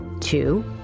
Two